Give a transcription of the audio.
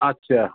আচ্ছা